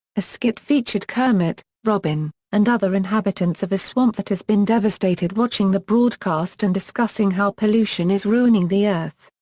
a skit featured kermit, robin, and other inhabitants of a swamp that has been devastated watching the broadcast and discussing how pollution is ruining the earth.